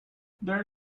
there